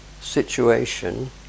situation